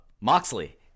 Moxley